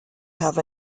have